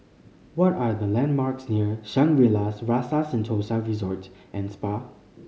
what are the landmarks near Shangri La's Rasa Sentosa Resort and Spa